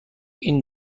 این